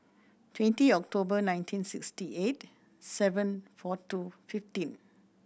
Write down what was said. twenty October nineteen sixty eight seven four two fifteen